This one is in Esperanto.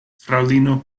fraŭlino